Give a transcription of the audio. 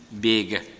big